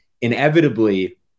inevitably